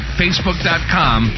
facebook.com